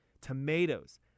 Tomatoes